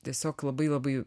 tiesiog labai labai